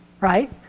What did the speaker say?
right